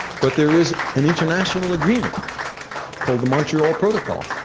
but there is an international agreement called the montreal protocol